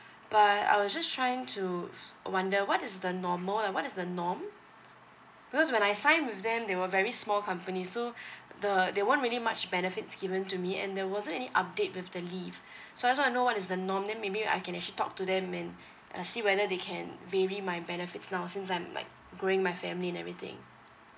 but I was just trying to wonder what is the normal uh what is the norm because when I sign with them they were very small company so the there weren't really much benefits given to me and there wasn't any update with the leave so I just want to know what is the norm then maybe I can actually talk to them and uh see whether they can vary my benefits now since I'm like growing my family and everything